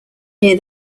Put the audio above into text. near